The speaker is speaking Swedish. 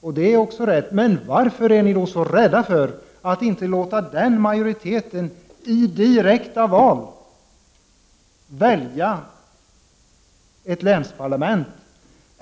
fortsätter han. Det är också riktigt, men varför är ni socialdemokrater så rädda för att inte låta den majoriteten i direkta val välja ett länsparlament?